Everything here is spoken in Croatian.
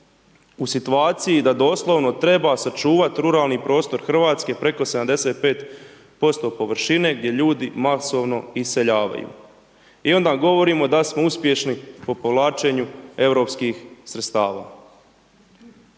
u situaciji da doslovno treba sačuvat ruralni prostor Hrvatske preko 75% površine, gdje ljudi masovno iseljavaju. I onda govorimo da smo uspješni po povlačenju europskih sredstava.